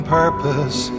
purpose